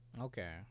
Okay